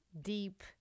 deep